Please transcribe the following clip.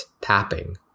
tapping